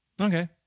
Okay